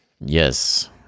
Yes